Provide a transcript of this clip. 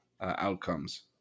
outcomes